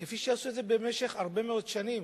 כפי שעשו את זה במשך הרבה שנים?